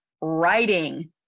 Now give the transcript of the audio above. writing